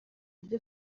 ryo